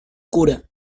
cura